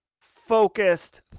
focused